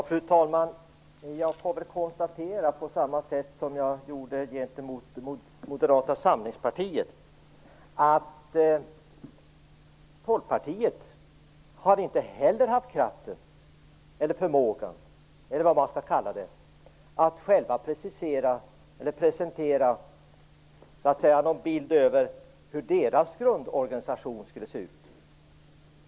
Fru talman! Jag konstaterar, på samma sätt som jag gjorde i fråga om Moderata samlingspartiet, att Folkpartiet inte har haft kraft eller förmåga att precisera och presentera en bild av hur deras grundorganisation skulle se ut.